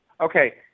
okay